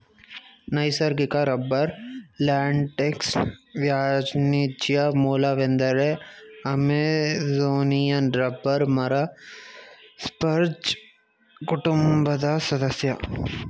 ನೈಸರ್ಗಿಕ ರಬ್ಬರ್ ಲ್ಯಾಟೆಕ್ಸ್ನ ವಾಣಿಜ್ಯ ಮೂಲವೆಂದರೆ ಅಮೆಜೋನಿಯನ್ ರಬ್ಬರ್ ಮರ ಸ್ಪರ್ಜ್ ಕುಟುಂಬದ ಸದಸ್ಯ